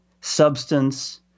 substance